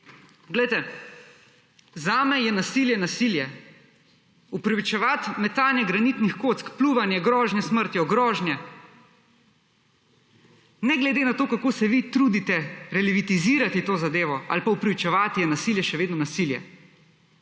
poglejte, zame je nasilje nasilje. Upravičevati metanje granitnih kock, pljuvanje, grožnje s smrtjo, grožnje ne glede na to, kako se vi trudite relativizirati to zadevo ali pa upravičevati, je nasilje še vedno nasilje.